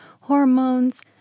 hormones